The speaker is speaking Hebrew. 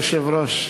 אדוני היושב-ראש,